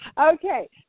Okay